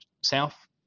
south